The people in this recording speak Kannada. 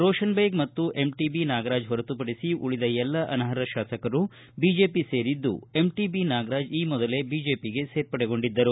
ರೋಷನ್ ಬೇಗ್ ಮತ್ತು ಎಂಟಬಿ ನಾಗರಾಜ್ ಹೊರತುಪಡಿಸಿ ಉಳಿದ ಎಲ್ಲ ಅನರ್ಹ ಶಾಸಕರು ಬಿಜೆಪಿ ಸೇರಿದ್ದು ಎಂಟಬಿ ನಾಗರಾಜ್ ಈ ಮೊದಲೇ ಬಿಜೆಪಿಗೆ ಸೇರ್ಪಡೆಗೊಂಡಿದ್ದರು